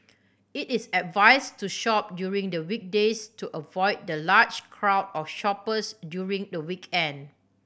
it is advise to shop during the weekdays to avoid the large crowd of shoppers during the weekend